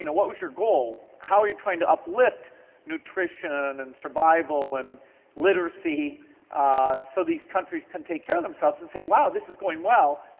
you know what was your goal? how are you trying to uplift nutrition and survival and literacy literacy so these countries can take care of themselves, and say wow, this is going well,